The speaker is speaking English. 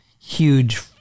huge